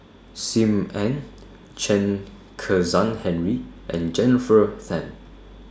SIM Ann Chen Kezhan Henri and Jennifer Tham